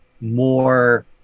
more